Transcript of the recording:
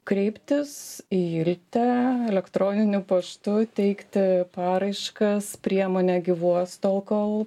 kreiptis į iltę elektroniniu paštu teikti paraiškas priemonė gyvuos tol kol